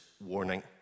warning